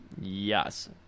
Yes